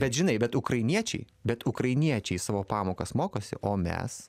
bet žinai bet ukrainiečiai bet ukrainiečiai savo pamokas mokosi o mes